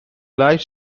life